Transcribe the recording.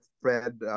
Fred